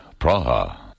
Praha